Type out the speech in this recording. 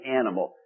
animal